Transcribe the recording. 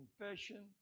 confession